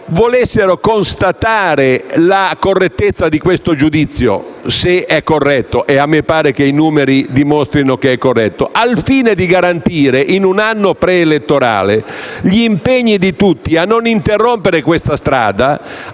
volessero constatare la correttezza di questo giudizio, se è corretto; e a me pare che i numeri dimostrino che lo è. Questo al fine di garantire, in un anno preelettorale, gli impegni di tutti a non interrompere questa strada,